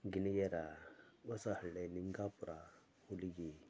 Ginigera Hosahalli Ningapura Huligi